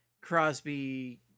Crosby